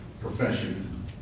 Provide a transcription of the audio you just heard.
profession